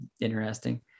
interesting